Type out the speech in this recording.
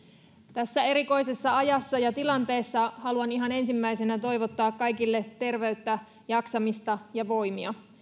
tässä erikoisessa ajassa ja tilanteessa haluan ihan ensimmäisenä toivottaa kaikille terveyttä jaksamista ja voimia